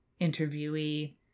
interviewee